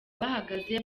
bahagaze